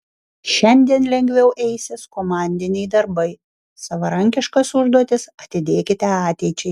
šiandien lengviau eisis komandiniai darbai savarankiškas užduotis atidėkite ateičiai